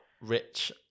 rich